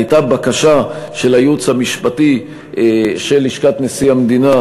הייתה בקשה של הייעוץ המשפטי של לשכת נשיא המדינה